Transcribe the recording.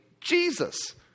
Jesus